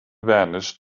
vanished